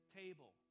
table